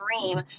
dream